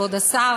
כבוד השר,